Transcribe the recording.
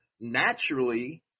naturally